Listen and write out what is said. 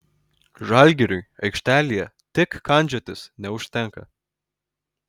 žalgiriui aikštelėje tik kandžiotis neužtenka